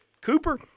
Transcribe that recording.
Cooper